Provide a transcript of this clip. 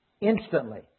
instantly